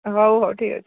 ହଉ ହଉ ଠିକ୍ ଅଛି